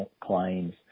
claims